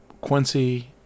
Quincy